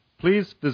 please